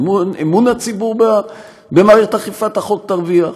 אמון הציבור במערכת אכיפת החוק ירוויח.